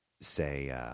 say